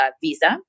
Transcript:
visa